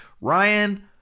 Ryan